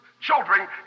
children